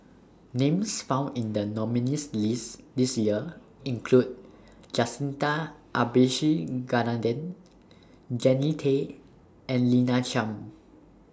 Names found in The nominees' list This Year include Jacintha Abisheganaden Jannie Tay and Lina Chiam